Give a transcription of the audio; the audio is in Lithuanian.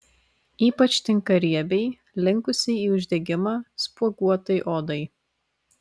ypač tinka riebiai linkusiai į uždegimą spuoguotai odai